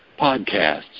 podcasts